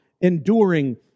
enduring